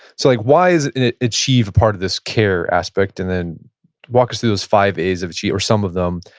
so, like why is achieve part of this care aspect, and then walk us through those five a's of achieve, or some of them,